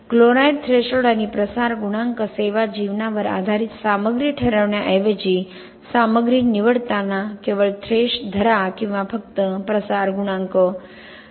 chloride threshold आणि प्रसार गुणांक सेवा जीवनावर आधारित सामग्री ठरवण्याऐवजी सामग्री निवडताना केवळ थ्रेश धरा किंवा फक्त प्रसार गुणांक